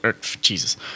Jesus